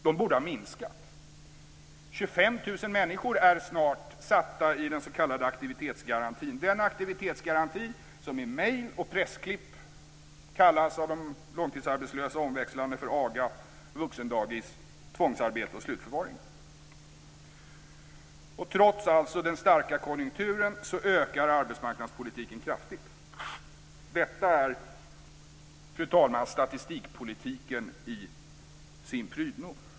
De borde ha minskat. 25 000 människor är snart satta i den s.k. aktivitetsgarantin - den aktivitetsgaranti som de långtidsarbetslösa i mejl och pressklipp kallar omväxlande AGA, vuxendagis, tvångsarbete och slutförvaring. Trots den starka konjunkturen ökar alltså arbetsmarknadspolitiken kraftigt. Detta är, fru talman, statistikpolitiken i sin prydno.